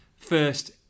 first